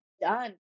done